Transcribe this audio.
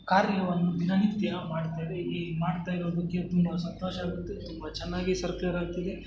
ಕಾರ್ಯವನ್ನು ದಿನನಿತ್ಯ ಮಾಡುತ್ತೇವೆ ಈ ಮಾಡ್ತಾ ಇರೋದಕ್ಕೆ ತುಂಬ ಸಂತೋಷ ಆಗುತ್ತೆ ತುಂಬ ಚೆನ್ನಾಗೆ ಸರ್ಕ್ಯುಲರ್ ಆಗ್ತಿದೆ